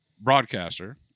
broadcaster